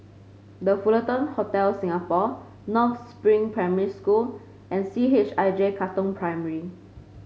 The Fullerton Hotel Singapore North Spring Primary School and C H I J Katong Primary